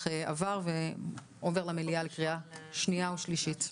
עבר והועבר למליאה לקריאה שנייה ושלישית.